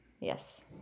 yes